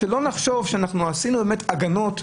שלא נחשוב שעשינו הגנות.